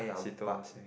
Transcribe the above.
Seetoh was saying